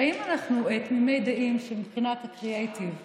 האם אנחנו תמימי דעים שמבחינת הקריאייטיב,